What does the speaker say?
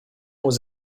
was